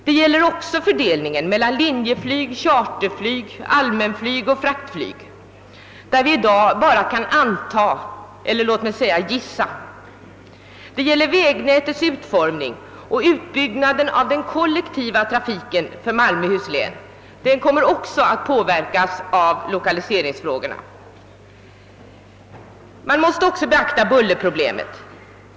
Det gäller också fördelningen mellan linjeflyg, charterflyg, allmänflyg och fraktflyg, där vi i dag bara kan anta — eller låt mig säga gissa. Också vägnätets utformning liksom utbyggnaden av den kollektiva trafiken för Malmöhus län kommer att i hög grad påverkas av flygplatsernas lokalisering. Man måste också beakta bullerproblemet.